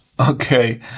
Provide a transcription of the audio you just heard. Okay